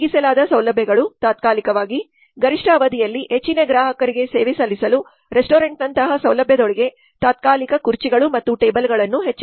ಹಿಗ್ಗಿಸಲಾದ ಸೌಲಭ್ಯಗಳು ತಾತ್ಕಾಲಿಕವಾಗಿ ಗರಿಷ್ಠ ಅವಧಿಯಲ್ಲಿ ಹೆಚ್ಚಿನ ಗ್ರಾಹಕರಿಗೆ ಸೇವೆ ಸಲ್ಲಿಸಲು ರೆಸ್ಟೋರೆಂಟ್ನಂತಹ ಸೌಲಭ್ಯದೊಳಗೆ ತಾತ್ಕಾಲಿಕವಾಗಿ ಕುರ್ಚಿಗಳು ಮತ್ತು ಟೇಬಲ್ಗಳನ್ನು ಹೆಚ್ಚಿಸಬಹುದು